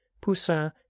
poussin